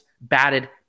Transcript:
batted